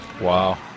Wow